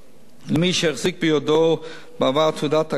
בידו בעבר תעודת הכרה ממשרד הבריאות,